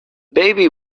baby